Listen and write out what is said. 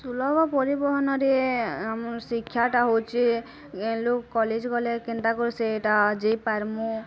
ସୁଲଭ୍ ପରିବହନ୍ ରେ ଆମର ଶିକ୍ଷାଟା ହୋଉଛି ଲୋକ କଲେଜ୍ ଗଲେ କେନ୍ତା କରି୍ ସେଇଟା ଯେ ପାର୍ମୁଁ